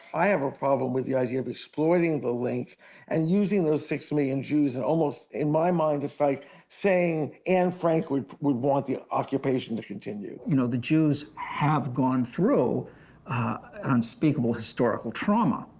i have a problem with the idea of exploiting the link and using those six million jews and almost, in my mind, itis like saying anne frank would would want the occupation to continue. you know, the jews have gone through unspeakable historical trauma,